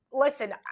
Listen